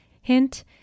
Hint